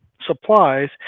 supplies